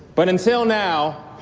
but until now,